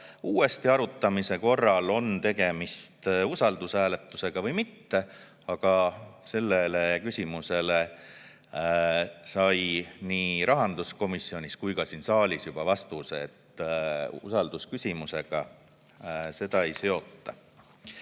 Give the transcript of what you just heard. uuesti arutamise korral on tegemist usaldushääletusega või mitte. Sellele küsimusele sai nii rahanduskomisjonis kui ka siin saalis juba vastatud, et usaldusküsimusega seda ei seota.